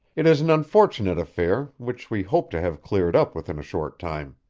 it is an unfortunate affair, which we hope to have cleared up within a short time.